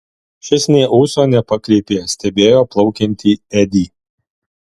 šis nė ūso nepakreipė stebėjo plaukiantį edį